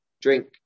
drink